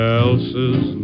else's